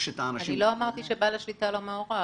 לא אמרתי שבעל השליטה לא מעורב.